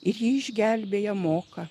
ir ji išgelbėja moka